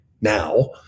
now